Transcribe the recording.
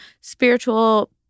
spiritual